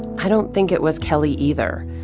i don't think it was kelly either.